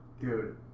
Dude